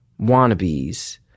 wannabes